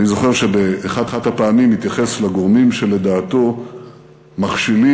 אני זוכר שבאחת הפעמים התייחס לגורמים שלדעתו מכשילים,